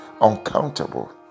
uncountable